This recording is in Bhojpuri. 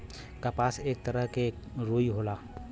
कपास एक तरह के रुई होला